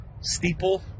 steeple